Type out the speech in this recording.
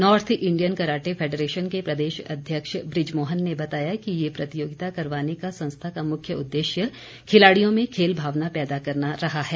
north Indian karate federation के प्रदेश अध्यक्ष ब्रज मोहन ने बताया कि ये प्रतियोगिता करवाने का संस्था का मुख्य उद्देश्य खिलाड़ियों में खेल भावना पैदा करना रहा है